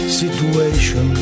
situation